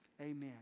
Amen